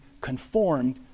conformed